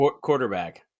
quarterback